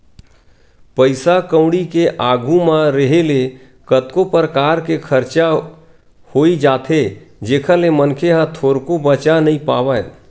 पइसा कउड़ी के आघू म रेहे ले कतको परकार के खरचा होई जाथे जेखर ले मनखे ह थोरको बचा नइ पावय